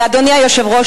אדוני היושב-ראש,